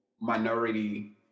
minority